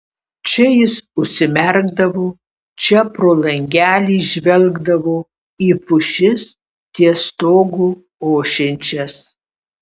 čia jis užsimerkdavo čia pro langelį žvelgdavo į pušis ties stogu ošiančias